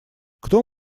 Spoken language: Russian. кто